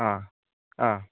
ആ ആ